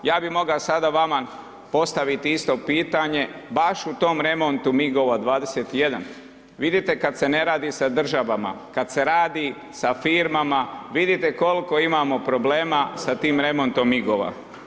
Ja bih mogao sada vama postaviti isto pitanje baš u tom remontu migova 21, vidite kada se ne radi sa državama, kada se radi sa firmama, vidite koliko imamo problema sa tim remontom migova.